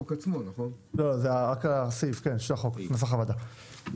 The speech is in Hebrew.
הצבעה אושר בסדר.